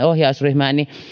ohjausryhmään niin